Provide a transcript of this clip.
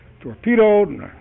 torpedoed